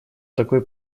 такой